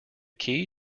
key